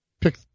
pick